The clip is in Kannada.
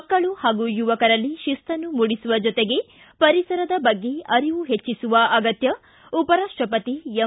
ಮಕ್ಕಳು ಹಾಗೂ ಯುವಕರಲ್ಲಿ ಶಿಸ್ತನ್ನು ಮೂಡಿಸುವ ಜೊತೆಗೆ ಪರಿಸರದ ಬಗ್ಗೆ ಅರಿವು ಹೆಚ್ಚಿಸುವ ಅಗತ್ಯ ಉಪರಾಷ್ಟಪತಿ ಎಂ